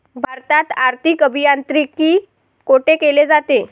भारतात आर्थिक अभियांत्रिकी कोठे केले जाते?